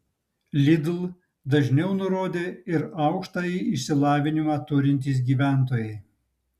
lidl dažniau nurodė ir aukštąjį išsilavinimą turintys gyventojai